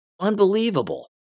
Unbelievable